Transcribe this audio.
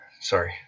Sorry